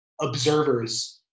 observers